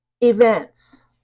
events